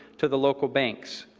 to the local banks.